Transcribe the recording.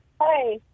Hi